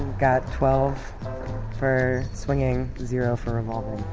got twelve for swinging. zero for revolving.